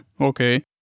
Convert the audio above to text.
okay